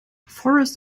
forest